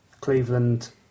Cleveland